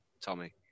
Tommy